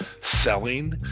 selling